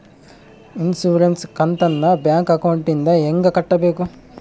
Insurance ಕಂತನ್ನ bank ಅಕೌಂಟಿಂದ ಹೆಂಗ ಕಟ್ಟಬೇಕು?